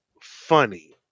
funny